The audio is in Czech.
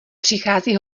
přichází